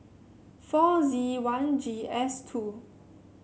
four Z one G S two